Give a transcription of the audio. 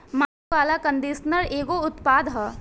माटी वाला कंडीशनर एगो उत्पाद ह